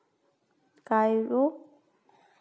Cairo